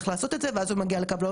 אז מה את מציעה?